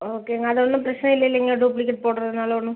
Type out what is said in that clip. ஓகேங்க அது ஒன்றும் பிரச்சனை இல்லைலிங்க டூப்ளிகேட் போடுறதுனால ஒன்றும்